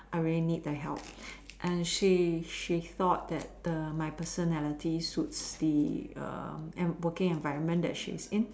I really need the help and she she thought that the my personality suits the working environment that she's in